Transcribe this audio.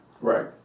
Right